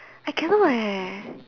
I cannot eh